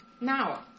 Now